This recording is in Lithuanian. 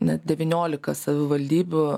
net devyniolika savivaldybių